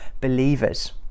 believers